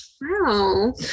wow